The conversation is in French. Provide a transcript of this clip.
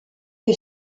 que